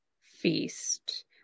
feast